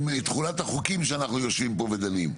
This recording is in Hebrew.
זה ישתלב בדיוק עם תכולת החוקים שעליהם אנחנו וישובים פה ודנים.